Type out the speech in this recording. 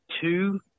two